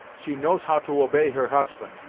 she knows how to obey her husband.